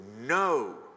no